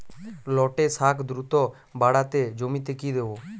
লটে শাখ দ্রুত বাড়াতে জমিতে কি দেবো?